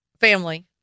family